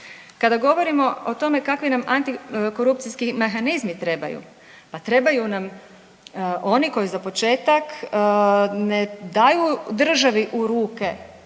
Kada govorimo o tome kakvi nam antikorupcijski mehanizmi trebaju, pa trebaju nam oni koji za početak ne daju državi u ruke